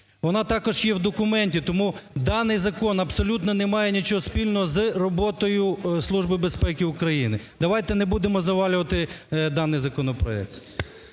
Вона також є в документі. Тому даний закон абсолютно не має нічого спільного з роботою Служби безпеки України. Давайте не будемо завалювати даний законопроект.